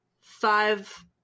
Five